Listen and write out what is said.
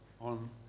on